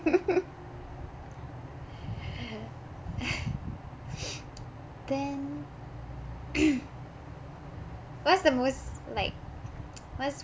then what's the most like what's